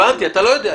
הבנתי, אתה לא יודע.